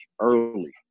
early